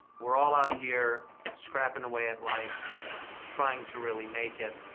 we're all out here scrapping away at life trying to really make it.